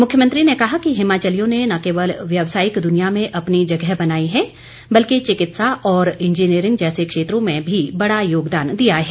मुख्यमंत्री ने कहा कि हिमाचालियों ने न केवल व्यवसायिक दुनिया में अपनी जगह बनाई है बल्कि चिकित्सा और इंजीनियरिंग जैसे क्षेत्रों में भी बड़ा योगदान दिया है